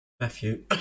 Matthew